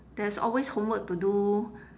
there's always homework to do